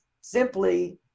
simply